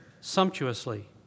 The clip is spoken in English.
sumptuously